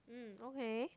mm okay